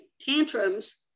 tantrums